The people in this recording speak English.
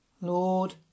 Lord